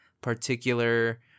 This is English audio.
particular